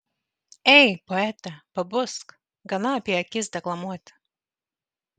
ei poete pabusk gana apie akis deklamuoti